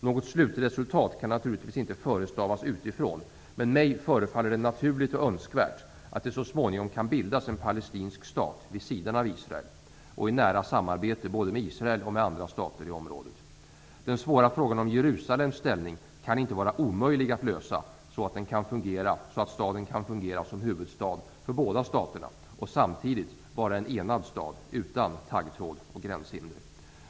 Något slutresultat kan naturligtvis inte förestavas utifrån, men för mig förefaller det naturligt och önskvärt att det så småningom kan bildas en palestinsk stat vid sidan av Israel i nära samarbete både med Israel och med andra stater i området. Den svåra frågan om Jerusalems ställning kan inte vara omöjlig att lösa så att staden kan fungera som huvudstad för båda staterna och samtidigt vara en enad stad utan taggtråd och gränshinder.